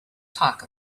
talk